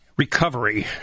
recovery